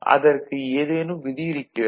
அதற்கு ஏதேனும் விதி இருக்கிறதா